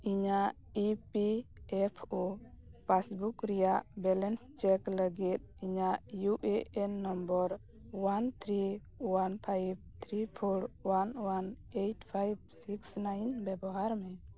ᱤᱧᱟ ᱜ E P F O passbook ᱨᱮᱭᱟᱜ ᱵᱮᱞᱮᱱᱥ ᱪᱮᱠ ᱞᱟ ᱜᱤᱫ ᱤᱧᱟᱹᱜ U A N number one three one five three four one one eight five six nine ᱵᱮᱵᱚᱦᱟᱨ ᱢᱮ